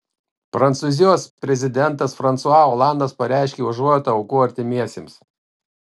prancūzijos prezidentas fransua olandas pareiškė užuojautą aukų artimiesiems